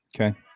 Okay